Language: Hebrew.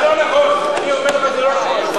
זה לא נכון, אני אומר לך שזה לא נכון.